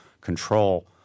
control